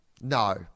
No